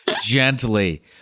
gently